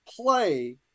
play